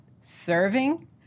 serving